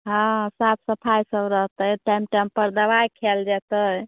हँ साफ सफाइ सब रहतै टाइम टाइम पर दबाइ खायल जेतै